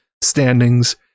standings